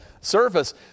surface